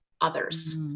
others